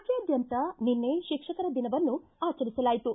ರಾಜ್ಯಾದ್ಗಂತ ನಿನ್ನೆ ಶಿಕ್ಷಕರ ದಿನವನ್ನು ಆಚರಿಸಲಾಯಿತು